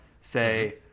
say